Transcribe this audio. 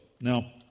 Now